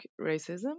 racism